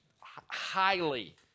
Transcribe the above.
highly